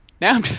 Now